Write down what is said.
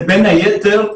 בין היתר,